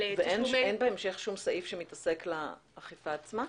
אין בהמשך שום סעיף שמתייחס לאכיפה עצמה?